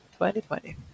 2020